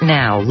now